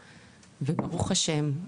וברוך-השם,